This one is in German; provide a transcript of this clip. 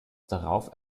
darauf